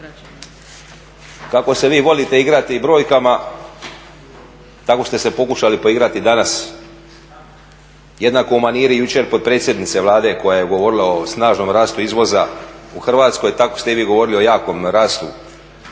Kako se vi volite igrati brojkama tako ste se pokušali poigrati danas jednako u maniri jučer potpredsjednice Vlade koja je govorila o snažnom rastu izvoza u Hrvatskoj, tako ste i vi govorili o jakom rastu